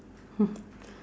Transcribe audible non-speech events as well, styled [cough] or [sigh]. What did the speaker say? [laughs]